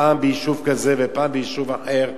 פעם ביישוב כזה ופעם ביישוב אחר.